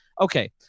Okay